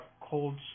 cold